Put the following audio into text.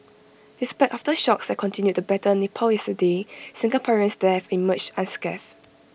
despite aftershocks that continued to batter Nepal yesterday Singaporeans there have emerged unscathed